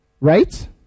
right